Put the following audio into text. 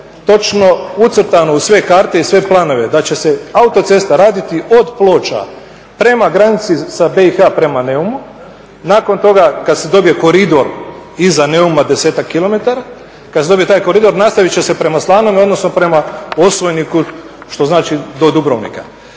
tome ucrtano u sve karte i sve planove da će se autocesta raditi od Ploča prema granici sa BiH prema Neumu, nakon toga kada se dobije koridor iza Neuma 10-ak km kada se dobije taj koridor nastavit će se prema Slanom odnosno prema Osvojniku što znači do Dubrovnika.